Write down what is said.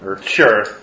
Sure